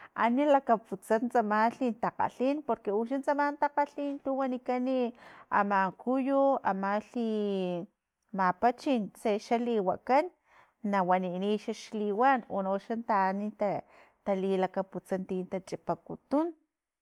Ani lakaputsa tsamalhi takgalhin, porque uxa tsamalhi takgalhin tu wanikani ama kuyu amalhi papachin tse xa taliwakan na waniniy xla xliwan uno xla taan ta- ta lilakaputsa ti tachipakutun.